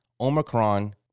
Omicron